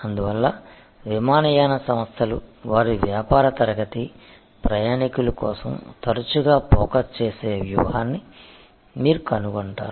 అందువల్ల విమానయాన సంస్థలు వారి వ్యాపార తరగతి ప్రయాణీకులు కోసం తరచుగా ఫోకస్ చేసే వ్యూహాన్ని మీరు కనుగొంటారు